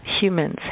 humans